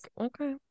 okay